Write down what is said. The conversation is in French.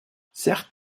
certes